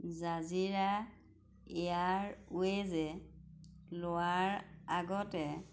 Jazeera এয়াৰৱে'জে লোৱাৰ আগতে